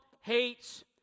hates